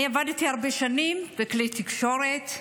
אני עבדתי הרבה שנים בכלי התקשורת,